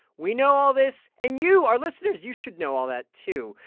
we know all this, and you, our listeners you should know all that, too.